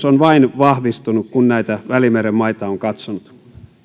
on vain vahvistunut kun näitä välimeren maita on katsonut